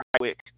quick